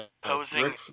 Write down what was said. posing